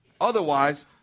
Otherwise